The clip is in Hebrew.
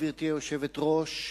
גברתי היושבת-ראש,